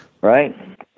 Right